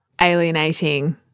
alienating